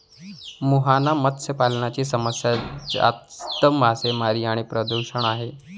मुहाना मत्स्य पालनाची समस्या जास्त मासेमारी आणि प्रदूषण आहे